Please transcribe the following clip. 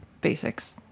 basics